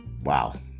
Wow